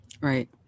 Right